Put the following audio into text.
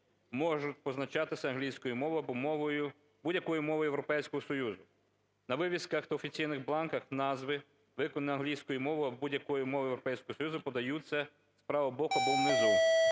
можуть позначатися англійською мовою або мовою… будь-якою мовою Європейського Союзу. На вивісках та офіційних бланках назви, виконані англійською мовою або будь-якою мовою Європейського Союзу, подаються з правого боку або внизу".